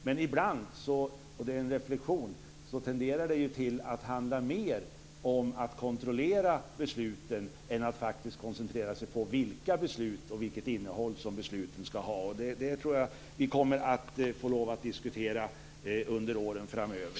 Men ibland tenderar det att handla mer om att kontrollera besluten än att koncentrera sig på beslutens innehåll. Det kommer vi att få lov att diskutera under åren framöver.